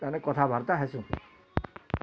ଆମେ କଥା ବାର୍ତ୍ତା ହେସୁଁ